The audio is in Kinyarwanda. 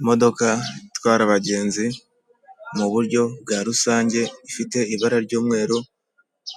Imodoka itwara abagenzi mu buryo bwa rusange ifite ibara ry'umweru